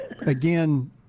again